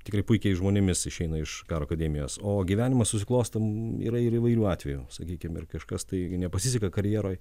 tikrai puikiais žmonėmis išeina iš karo akademijos o gyvenimas susiklosto yra ir įvairių atvejų sakykim ir kažkas taigi nepasiseka karjeroj